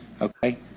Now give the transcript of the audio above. Okay